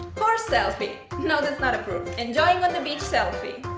horse selfie no that's not approved, enjoying on the beach selfie.